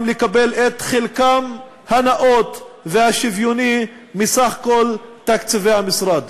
לקבל את חלקם הנאות והשוויוני מסך כל תקציבי המשרד.